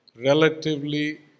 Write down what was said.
relatively